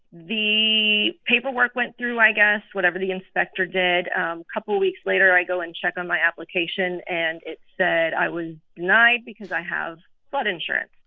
the paperwork went through, i guess whatever the inspector did um couple of weeks later, i go and check on my application. and it said i was denied because i have flood insurance